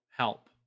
Help